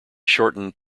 shortened